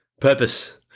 purpose